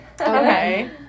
Okay